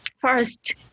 first